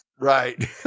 right